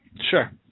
Sure